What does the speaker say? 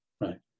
right